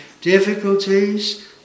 difficulties